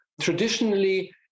Traditionally